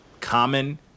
common